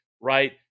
right